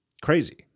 crazy